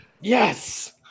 Yes